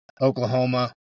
Oklahoma